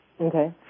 Okay